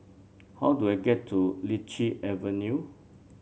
how do I get to Lichi Avenue